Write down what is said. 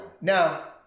Now